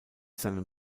seinem